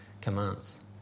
commands